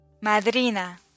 madrina